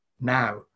now